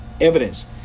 evidence